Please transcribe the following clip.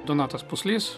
donatas puslys